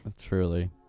Truly